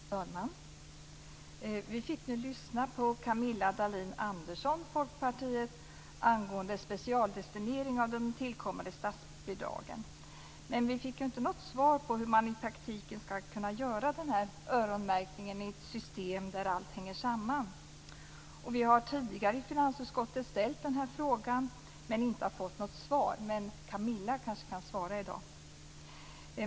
Fru talman! Vi fick nu lyssna på Camilla Dahlin Andersson, Folkpartiet, angående specialdestinering av de tillkommande statsbidragen, men vi fick inte något svar på hur man i praktiken skall kunna göra denna öronmärkning i ett system där allt hänger samman. Vi har tidigare i finansutskottet ställt frågan men har inte fått något svar. Men Camilla kanske kan ge ett svar i dag.